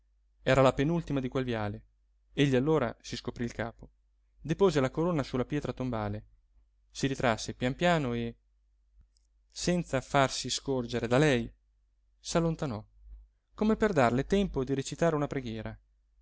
era la penultima di quel viale egli allora si scoprí il capo depose la corona su la pietra tombale si ritrasse pian piano e senza farsi scorgere da lei s'allontanò come per darle tempo di recitare una preghiera